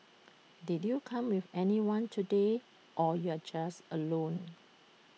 did you come with anyone today or you're just alone